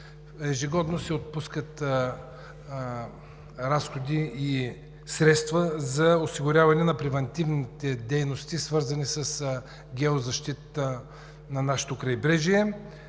Ежегодно се отпускат средства за осигуряване на превантивните дейности, свързани с геозащитата на нашето крайбрежие.